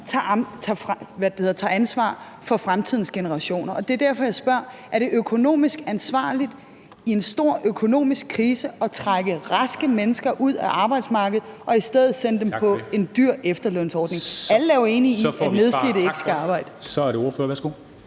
tager ansvar for fremtidens generationer. Det er derfor, jeg spørger: Er det økonomisk ansvarligt i en stor økonomisk krise at trække raske mennesker ud af arbejdsmarkedet og i stedet sende dem på en dyr efterlønsordning? Alle er jo enige i, at nedslidte ikke skal arbejde. Kl. 10:22 Formanden (Henrik